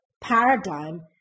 paradigm